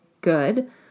good